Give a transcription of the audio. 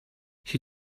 she